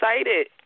excited